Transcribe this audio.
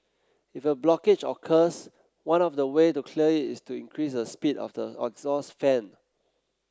if a blockage occurs one of the way to clear it is to increase the speed of the exhaust fan